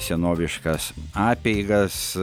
senoviškas apeigas